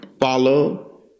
follow